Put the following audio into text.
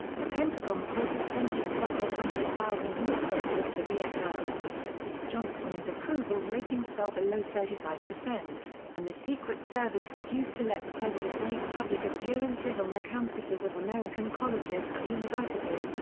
the pentagon called for sending several hundred thousand more soldiers to vietnam johnson's approval ratings fell below thirty five, and the secret service refused to let the president make public appearances on the campuses of american colleges and universities,